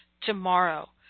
tomorrow